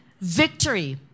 Victory